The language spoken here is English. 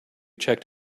checked